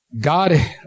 God